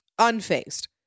unfazed